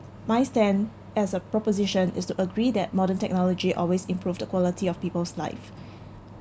my stand as a proposition is to agree that modern technology always improve the quality of people's life